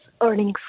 earnings